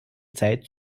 zeit